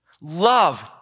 Love